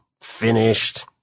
finished